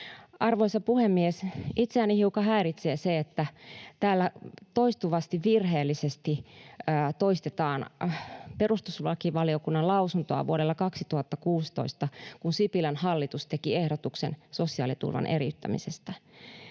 Arvoisa puhemies! Itseäni hiukan häiritsee se, että täällä toistuvasti virheellisesti toistetaan perustuslakivaliokunnan lausuntoa vuodelta 2016, kun Sipilän hallitus teki ehdotuksen sosiaaliturvan eriyttämisestä.